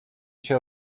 się